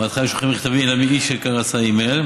בהתחלה היו שולחים מכתבים גם למי שרצה אימייל.